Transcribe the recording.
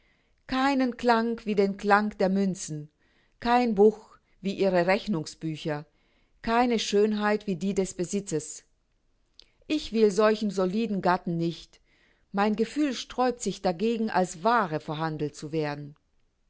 keinen klang wie den klang der münzen kein buch wie ihre rechnungsbücher keine schönheit wie die des besitzes ich will solchen soliden gatten nicht mein gefühl sträubt sich dagegen als waare verhandelt zu werden